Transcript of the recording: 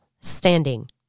standing